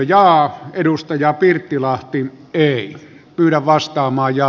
kannatan edustaja pirttilahden ehdotusta